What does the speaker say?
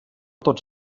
tots